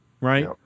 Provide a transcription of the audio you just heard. right